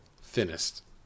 Thinnest